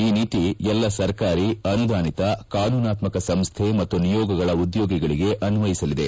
ಈ ನೀತಿ ಎಲ್ಲಾ ಸರ್ಕಾರಿ ಅನುದಾನಿಕ ಕಾನೂನಾತ್ಮಕ ಸಂಸ್ಥೆ ಮತ್ತು ನಿಯೋಗಗಳ ಉದ್ಯೋಗಿಗಳಿಗೆ ಅನ್ವಯಿಸಲಿದೆ